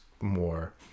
more